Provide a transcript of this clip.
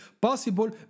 possible